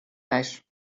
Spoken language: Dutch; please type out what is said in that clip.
ijs